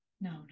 no